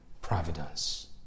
providence